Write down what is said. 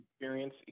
experience